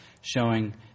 showing